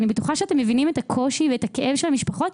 אני בטוחה שאתם מבינים את הקושי ואת הכאב של המשפחות,